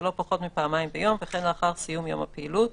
ולא פחות מפעמיים ביום וכן לאחר סיום יום הפעילות,